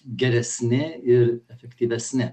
geresni ir efektyvesni